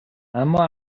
اما